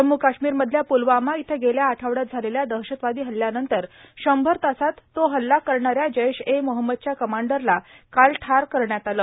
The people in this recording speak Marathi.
जम्मू काश्मीरमधल्या प्लवामा इथं गेल्या आठवड्यात झालेल्या दहशतवादी हल्ल्यानंतर शंभर तासात तो हल्ला करणाऱ्या जैश ए मोहम्मदच्या कमांडरला काल ठार मारण्यात आलं